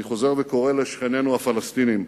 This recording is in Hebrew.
אני חוזר וקורא לשכנינו הפלסטינים: